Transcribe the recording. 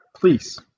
please